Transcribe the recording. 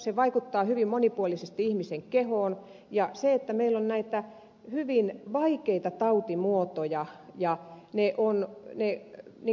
se vaikuttaa hyvin monipuolisesti ihmisen kehoon ja meillä on näitä hyvin vaikeita tautimuotoja ja niin kuin ed